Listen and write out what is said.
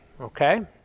Okay